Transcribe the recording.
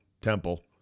Temple